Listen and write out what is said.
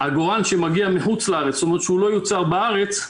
שעגורן שמגיע מחו"ל, זאת אומרת שלא יוצא בארץ,